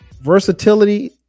versatility